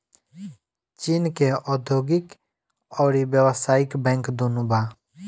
चीन के औधोगिक अउरी व्यावसायिक बैंक दुनो बा